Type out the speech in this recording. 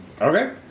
Okay